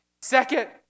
Second